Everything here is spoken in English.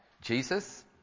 Jesus